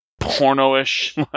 porno-ish